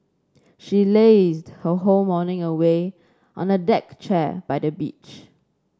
she lazed her whole morning away on a deck chair by the beach